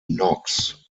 knox